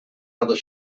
other